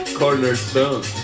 cornerstone